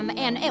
um and and